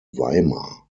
weimar